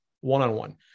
one-on-one